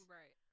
right